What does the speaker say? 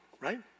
right